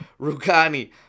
Rugani